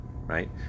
right